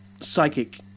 psychic